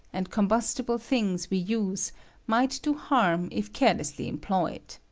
and combustible things we use might do harm if carelessly employed.